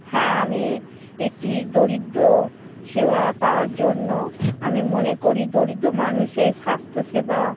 হ্যাঁ আমি একটি দরিদ্র সেবা পাওয়ার জন্য আমি মনে করি দরিদ্র মানুষের স্বাস্থ্যসেবা